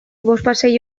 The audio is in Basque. bospasei